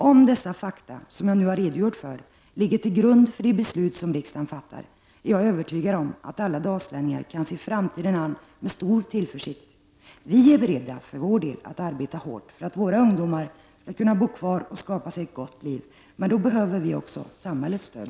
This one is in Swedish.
Om dessa fakta som jag nu har redogjort för ligger till grund för de beslut som riksdagen fattar, är jag övertygad om att alla dalslänningar kan se framtiden an med stor tillförsikt. För vår del är vi beredda att arbeta hårt för att våra ungdomar skall kunna bo kvar och skapa sig ett gott liv, men då behöver vi också samhällets stöd.